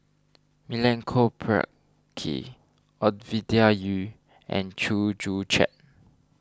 Milenko Prvacki Ovidia Yu and Chew Joo Chiat